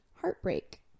heartbreak